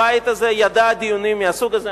הבית הזה ידע דיונים מהסוג הזה,